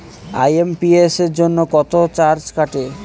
IMPS জন্য কত charge কাটে?